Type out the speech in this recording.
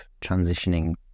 Transitioning